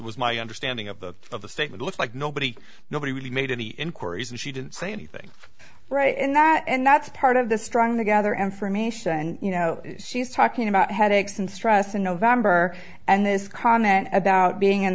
was my understanding of the of the statement looks like nobody nobody really made any inquiries and she didn't say anything right in that and that's part of the strong to gather information and you know she's talking about headaches and stress in november and this comment about being in